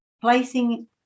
Placing